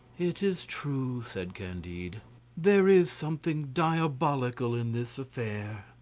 it is true, said candide there is something diabolical in this affair.